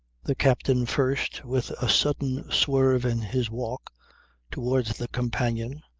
the captain first, with a sudden swerve in his walk towards the companion,